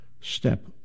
step